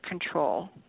Control